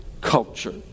culture